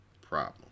problem